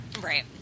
Right